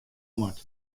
moat